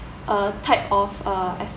uh type of uh